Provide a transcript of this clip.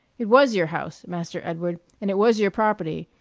it was your house, master edward, and it was your property,